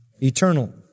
eternal